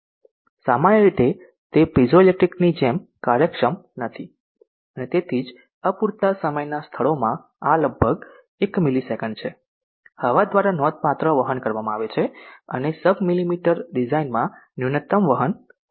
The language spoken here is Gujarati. સામાન્ય રીતે તે પીઝોઇલેક્ટ્રિક ની જેમ કાર્યક્ષમ નથી અને તેથી જ અપૂરતા સમયના સ્થળોમાં આ લગભગ 1 મિલિસેકંડ છે હવા દ્વારા નોંધપાત્ર વહન કરવામાં આવે છે અને સબ મિલિમીટર ડિઝાઇનમાં ન્યૂનતમ વાહન હોય છે